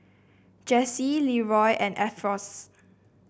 Jessye Leeroy and Alfonse